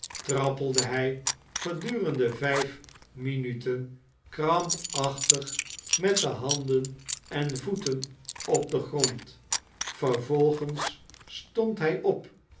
trappelde hij gedurende vijf minuten krampachtig met handen en voeten op den grond vervolgens stond hij op